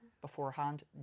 beforehand